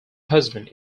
husband